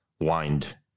wind